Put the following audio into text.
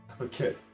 Okay